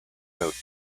note